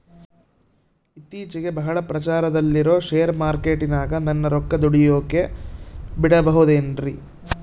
ಇತ್ತೇಚಿಗೆ ಬಹಳ ಪ್ರಚಾರದಲ್ಲಿರೋ ಶೇರ್ ಮಾರ್ಕೇಟಿನಾಗ ನನ್ನ ರೊಕ್ಕ ದುಡಿಯೋಕೆ ಬಿಡುಬಹುದೇನ್ರಿ?